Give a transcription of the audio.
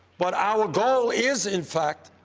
but our goal is, in fact,